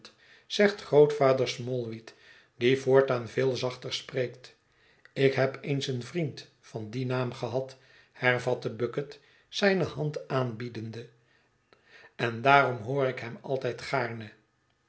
zegt grootvader smallweed die voortaan veel zachter spreekt ik heb eens een vriend van dien naam gehad hervat bucket zijne hand aanbiedende en daarom hoor ik hem altijd gaarne